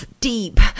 deep